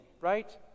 right